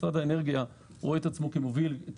משרד האנרגיה רואה את עצמו כמוביל את